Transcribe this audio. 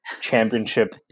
championship